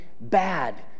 Bad